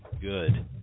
good